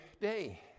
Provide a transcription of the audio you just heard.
day